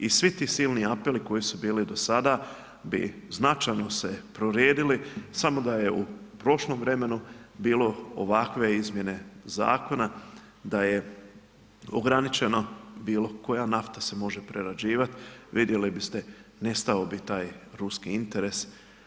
I svi ti silni apeli koji su bili do sada bi značajno se prorijedili samo da je u prošlom vremenu bilo ovakve izmjene zakona da je ograničeno bilo koja nafta se može prerađivati, vidjeli biste nestao bi taj ruski interes.